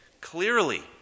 clearly